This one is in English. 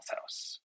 house